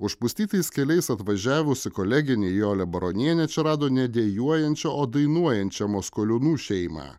užpustytais keliais atvažiavusi kolegė nijolė baronienė čia rado ne dejuojančią o dainuojančią maskoliūnų šeimą